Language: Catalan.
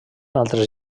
altres